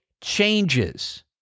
changes